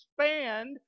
expand